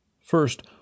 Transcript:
first